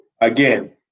again